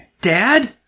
Dad